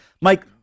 Mike